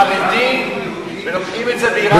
חרדים ולוקחים את זה ביראת קודש,